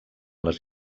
les